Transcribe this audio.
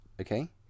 Okay